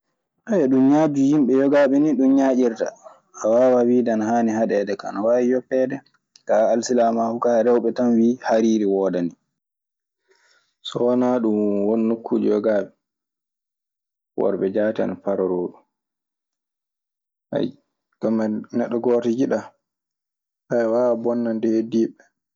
ɗun ñaaƴdu yimɓe. Yogaaɓe nii ɗun ñaƴirta, a waawa wiide ana haani haɗeede kaa ana waawi yoppeede. Kaa alsilamaagu kaa rewɓe tan wii hariiri woodani. So wanaa ɗun won nokkuuje yogaaɓe worɓe jaati ana paroroo ɗun. Kammari neɗɗo gooto yiɗaa waawaa bonnande heddiiɓe ɓee.